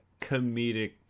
comedic